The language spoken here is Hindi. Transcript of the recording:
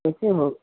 कैसे हो